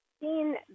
seen